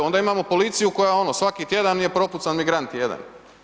Onda imamo policiju koja ono svaki tjedan je propucan migrant jedan.